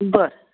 बरं